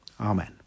Amen